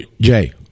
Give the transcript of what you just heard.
Jay